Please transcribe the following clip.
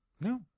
No